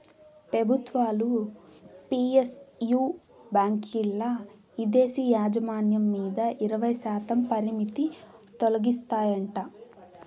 పెబుత్వాలు పి.ఎస్.యు బాంకీల్ల ఇదేశీ యాజమాన్యం మీద ఇరవైశాతం పరిమితి తొలగిస్తాయంట